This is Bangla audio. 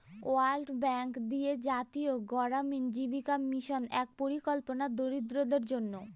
ওয়ার্ল্ড ব্যাঙ্ক দিয়ে জাতীয় গড়ামিন জীবিকা মিশন এক পরিকল্পনা দরিদ্রদের জন্য